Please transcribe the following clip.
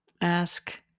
ask